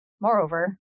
Moreover